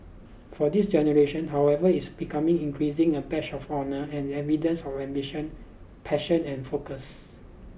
for this generation however it is becoming increasing a badge of honour and evidence of ambition passion and focus